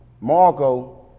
Marco